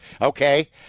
okay